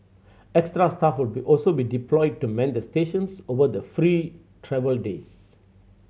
extra staff will be also be deployed to man the stations over the free travel days